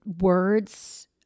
words